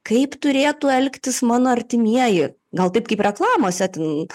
kaip turėtų elgtis mano artimieji gal taip kaip reklamose ten